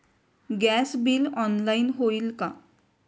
Gas bill online होईल का?